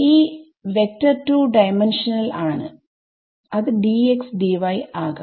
ഈ vector two dimensional ആണ് അത് dxdy ആകാം